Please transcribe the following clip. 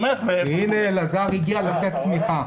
הנה, אלעזר הגיע לתת תמיכה.